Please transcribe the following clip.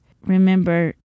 remember